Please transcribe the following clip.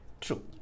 true